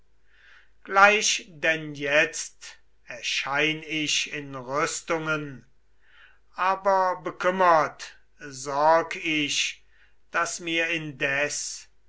gleich denn jetzt erschein ich in rüstungen aber bekümmert sorg ich daß mir indes